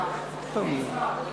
התשע"ג 2013, לוועדת החינוך,